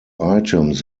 items